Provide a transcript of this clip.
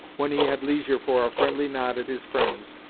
when he had leisure for a friendly nod at his friends,